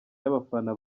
y’abafana